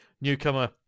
newcomer